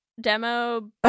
demo